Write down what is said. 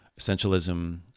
essentialism